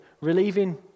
relieving